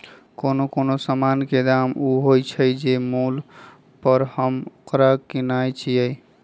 कोनो समान के दाम ऊ होइ छइ जे मोल पर हम ओकरा किनइ छियइ